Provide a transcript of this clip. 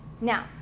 Now